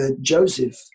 Joseph